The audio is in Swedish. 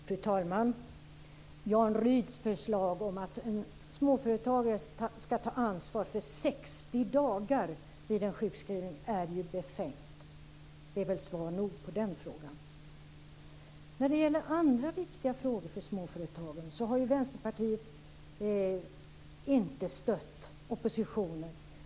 Fru talman! Jan Rydhs förslag om att en småföretagare ska ta ansvar för 60 dagar vid en sjukskrivning är befängt. Det är väl svar nog på den frågan. När det gäller andra viktiga frågor för småföretagen har Vänsterpartiet inte stött oppositionen.